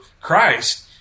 Christ